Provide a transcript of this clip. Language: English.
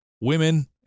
women